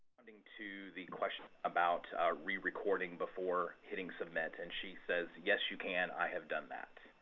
i mean to the question about re-recording before hitting submit. and she says, yes, you can. i have done that.